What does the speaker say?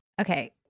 Okay